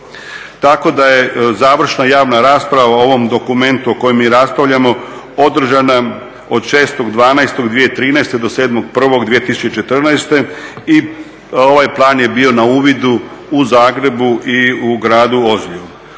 Tako da je završna javna rasprava o ovom dokumentu o kojem mi raspravljamo održana od 6.12.2013.do 7.1.2014.i ovaj plan je bio na uvidu u Zagrebu i u gradu Ozlju.